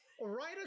Right